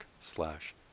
slash